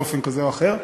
באופן כזה או אחר.